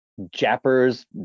Japper's